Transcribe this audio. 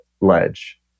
ledge